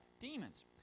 demons